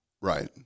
Right